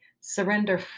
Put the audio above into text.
Surrender